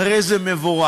הרי זה מבורך,